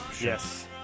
Yes